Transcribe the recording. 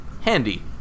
handy